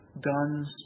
guns